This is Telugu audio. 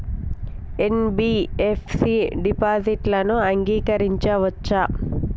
ఎన్.బి.ఎఫ్.సి డిపాజిట్లను అంగీకరించవచ్చా?